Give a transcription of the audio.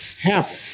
happen